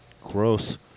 Gross